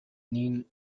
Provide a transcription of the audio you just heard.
the